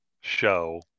show